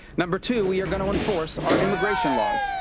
number two, we're going to enforce our immigration laws.